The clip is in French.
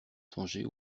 songer